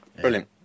brilliant